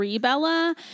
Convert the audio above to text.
Bella